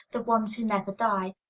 the ones who never die,